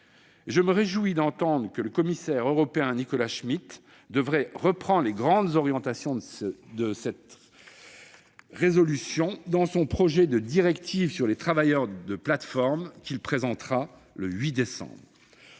je me réjouis d'entendre que le commissaire européen Nicolas Schmit devrait reprendre les grandes orientations de cette résolution dans le projet de directive sur les travailleurs des plateformes qu'il présentera le 8 décembre.